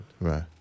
Right